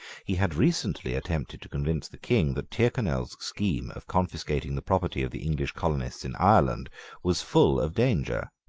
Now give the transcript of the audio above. he had recently attempted to convince the king that tyrconnel's scheme of confiscating the property of the english colonists in ireland was full of danger,